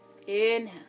inhale